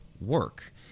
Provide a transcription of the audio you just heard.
work